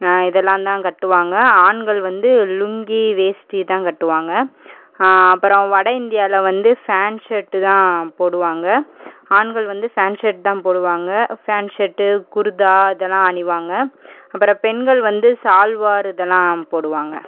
இதெல்லாம் தான் கட்டுவாங்கள் ஆண்கள் வந்து லுங்கி வேஷ்ட்டி இதுதான் கட்டுவாங்கள் அப்புறம் வட இந்தியாவில வந்து ஃபேண்ட் ஷர்ட்டு தான் போடுவாங்கள் ஆண்கள் வந்து ஃபேண்ட் ஷர்ட்டு தான் போடுவாங்கள் ஃபேண்ட் ஷர்ட்டு குருதா இதெல்லாம் அணிவாங்கள் அப்புறம் பெண்கள் வந்து சல்வார் இதெல்லாம் போடுவாங்கள்